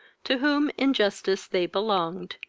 to whom in justice they belonged,